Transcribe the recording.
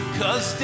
cause